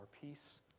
peace